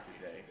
today